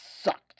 sucked